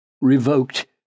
revoked